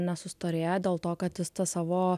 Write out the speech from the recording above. nesustorėja dėl to kad tą savo